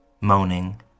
moaning